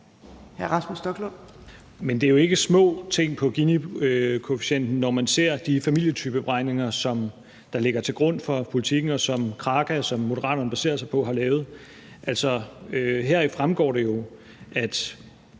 Men det er jo ikke små ting på Ginikoefficienten, når man ser de familietypeberegninger, som ligger til grund for politikken, og som Kraka, som Moderaterne baserer sig på, har lavet. Heraf fremgår det jo,